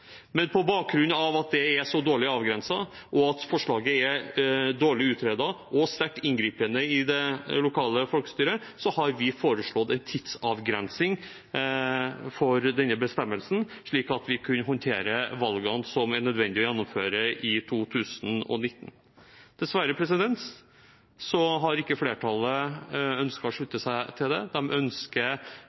Men på bakgrunn av at det er så dårlig avgrenset, og at forslaget er dårlig utredet og sterkt inngripende i det lokale folkestyret, har vi foreslått en tidsavgrensning for denne bestemmelsen, slik at vi kan håndtere valgene som er nødvendige å gjennomføre i 2019. Dessverre har ikke flertallet ønsket å slutte seg til det. De ønsker